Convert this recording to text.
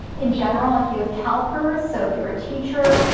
in general, if you have calpers so if you're a teacher,